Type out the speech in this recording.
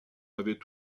avait